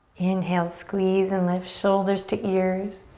inhale, squeeze and lift. shoulders to ears.